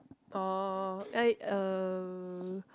orh eh uh